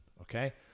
Okay